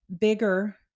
bigger